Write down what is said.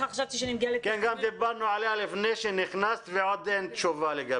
כן, גם דיברנו עליה לפני שנכנסת ועדיין אין תשובה.